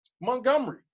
Montgomery